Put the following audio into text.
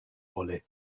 rolle